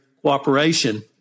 cooperation